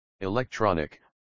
Electronic